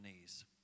knees